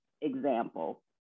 example